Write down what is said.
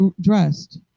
dressed